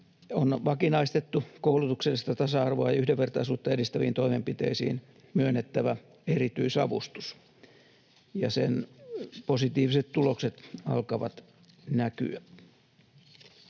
on vakinaistettu koulutuksellista tasa-arvoa ja yhdenvertaisuutta edistäviin toimenpiteisiin myönnettävä erityisavustus, ja sen positiiviset tulokset alkavat näkyä.